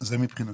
זה מבחינתי.